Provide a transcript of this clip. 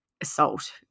assault